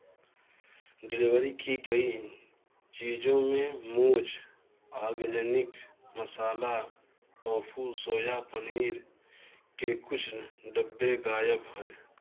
delivery की गई चीज़ोॉ में मूज़ organic masala tofu soya paneer के कुछ डब्बे गायब हैं